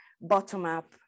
bottom-up